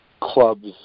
clubs